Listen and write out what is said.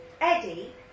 Eddie